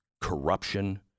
corruption